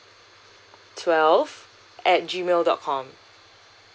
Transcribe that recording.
twelve at gmail dot com